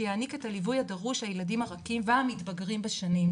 שיעניק את כל הליווי הדרוש לילדי הרכים והמתבגרים בשנים,